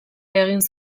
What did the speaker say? egin